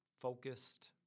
focused